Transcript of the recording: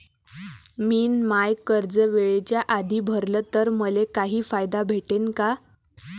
मिन माय कर्ज वेळेच्या आधी भरल तर मले काही फायदा भेटन का?